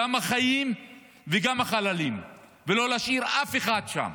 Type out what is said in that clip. גם החיים וגם החללים, ולא להשאיר אף אחד שם.